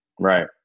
Right